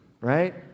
right